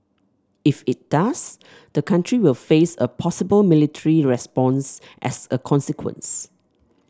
if it does the country will face a possible military response as a consequence